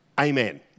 amen